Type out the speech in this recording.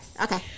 Okay